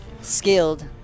skilled